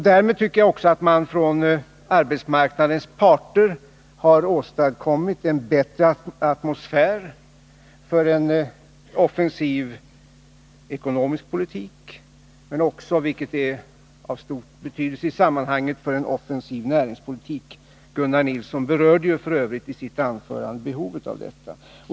Därmed tycker jag att arbetsmarknadens parter har åstadkommit en bättre atmosfär för en offensiv ekonomisk politik och även — vilket är av §tor betydelse i sammanhanget — för en offensiv näringspolitik. Gunnar Nilsson berörde ju för övrigt i sitt anförande behovet härav.